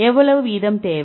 எவ்வளவு வீதம் தேவை